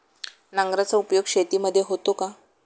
नांगराचा उपयोग शेतीमध्ये होतो का?